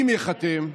אם ייחתם,